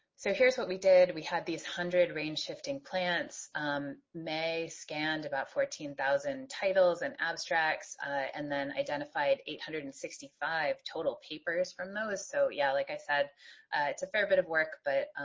so here's what we did we had these one hundred range shifting plants mei scanned about fourteen thousand titles and abstracts and then identified eight hundred and sixty five total papers from those so yeah like i said it's a fair bit of work but